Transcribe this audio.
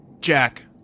Jack